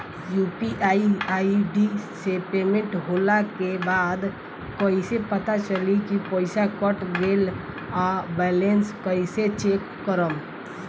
UPI ID से payment होला के बाद कइसे पता चली की पईसा कट गएल आ बैलेंस कइसे चेक करम?